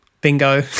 bingo